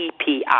EPI